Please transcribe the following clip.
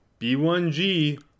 B1G